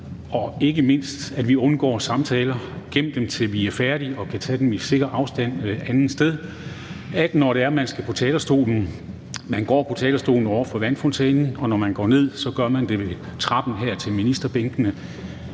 og ikke mindst undgår samtaler. Gem dem, til vi er færdige og kan tage dem i sikker afstand andetsteds. Og når man skal på talerstolen, er det sådan, at man går op på talerstolen ovre ved vandfontænen, og når man går ned, gør man det ad trappen her ved ministerbænkene.